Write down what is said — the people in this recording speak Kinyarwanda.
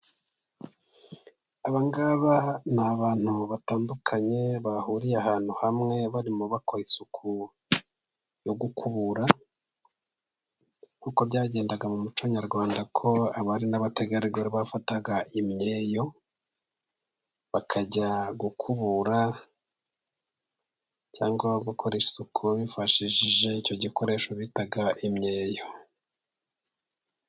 Abangaba ni abantu batandukanye, bahuriye ahantu hamwe, barimo bakora isuku yo gukubura, nk'uko byagendaga mu muco nyarwanda ko abari n'abategarugori bafataga imyeyo, bakajya gukubura, cyangwa bakora isuku bifashishije icyo gikoresho bita imyeyo.